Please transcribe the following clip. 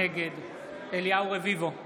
נגד אליהו רביבו,